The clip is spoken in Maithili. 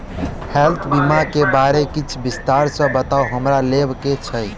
हेल्थ बीमा केँ बारे किछ विस्तार सऽ बताउ हमरा लेबऽ केँ छयः?